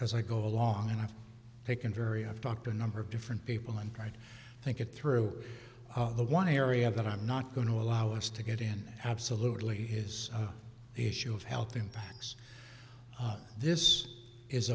as i go along and i've taken very i've talked to a number of different people and right i think it through the one area that i'm not going to allow us to get in absolutely is the issue of health impacts this is